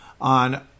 on